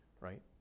right